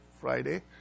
Friday